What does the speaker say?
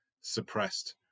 suppressed